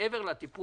כל זה מעבר לטיפול